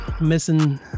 Missing